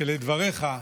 שלדבריך,